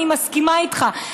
אני מסכימה איתך,